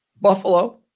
Buffalo